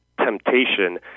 temptation